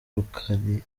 rukali